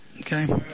Okay